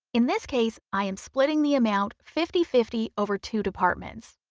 in this case i am splitting the amount fifty fifty over two departments.